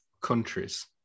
countries